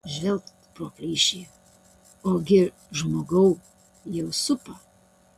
žvilgt pro plyšį ogi žmogau jau supa